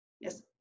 Yes